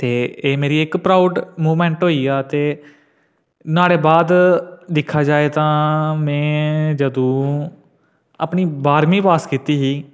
एह मेरी इक प्राउड़ मूवमेंट होई इक ते न्हाड़े बाद दिक्खेआ जा ते में जदूं अपनी बाह्रमी पास किती ही